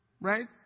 Right